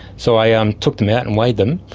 so i ah um took them out and weighed them,